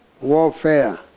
warfare